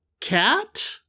cat